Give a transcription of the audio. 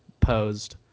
posed